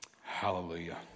Hallelujah